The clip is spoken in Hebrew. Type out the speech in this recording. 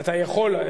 הכלכלה,